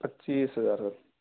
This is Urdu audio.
پچیس ہزار